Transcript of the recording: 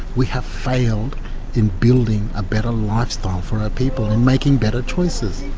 we have failed in building a better lifestyle for our people and making better choices.